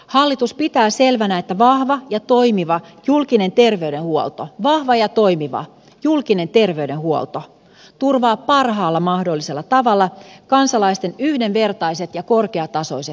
hallitus pitää selvänä että vahva ja toimiva julkinen terveydenhuolto vahva ja toimiva julkinen terveydenhuolto turvaa parhaalla mahdollisella tavalla kansalaisten yhdenvertaiset ja korkeatasoiset palvelut